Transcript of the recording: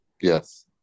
Yes